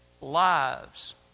Lives